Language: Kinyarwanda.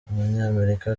umunyamerika